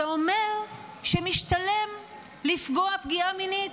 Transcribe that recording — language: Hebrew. זה אומר שמשתלם לפגוע פגיעה מינית,